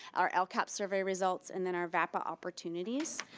our lcap survey results, and then our vapa opportunities.